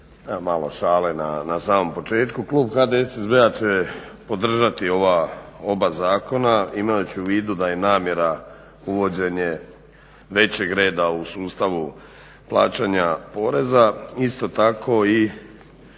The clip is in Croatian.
malo šale na samom početku. Klub HDSSB-a će podržati ova oba zakona. Imat će u vidu da je namjera uvođenje većeg reda u sustavu plaćanja poreza isto tako i